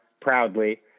proudly